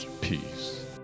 peace